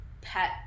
pet